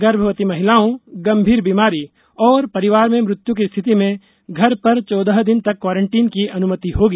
गर्भवती महिलाओं गंभीर बीमारी और परिवार में मृत्यु की स्थिति में घर पर चौदह दिन तक क्वारंटीन की अनुमति होगी